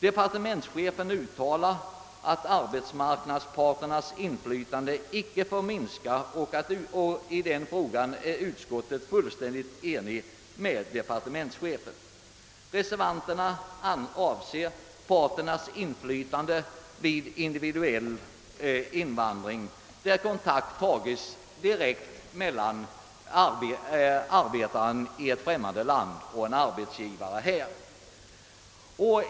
Departementschefen uttalar att arbetsmarknadsparternas inflytande icke får minskas. I denna fråga är utskottet fullständigt enigt med departementschefen. Reservanterna tar upp frågan om arbetsmarknadsparternas inflytande vid individuell invandring, där kontakt tagits direkt mellan arbetaren i ett främmande land och en arbetsgivare här hemma.